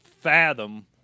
fathom